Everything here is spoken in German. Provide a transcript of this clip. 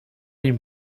den